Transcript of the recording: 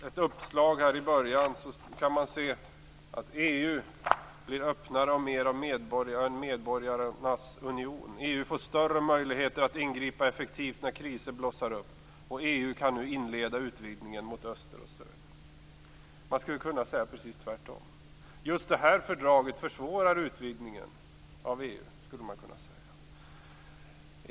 Ett uppslag i början visar att "EU blir öppnare och en medborgarnas union" och "EU får större möjligheter att ingripa effektivt när kriser blossar upp" och "EU kan inleda utvidgningen mot öster och söder". Man skulle kunna säga precis tvärtom. Just detta fördrag försvårar utvidgningen av EU.